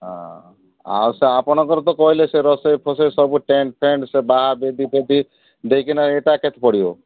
ହଁ ଆଉ ସେ ଆପଣଙ୍କର ତ କହିଲେ ସେ ରୋଷେଇ ଫୋଷେଇ ସବୁ ଟେଣ୍ଟ୍ ଫେଣ୍ଟ୍ ସେ ବାହା ବେଦିଫେଦି ଦେଇକିନା ଏଇଟା କେତେ ପଡ଼ିବ